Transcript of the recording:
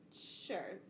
Sure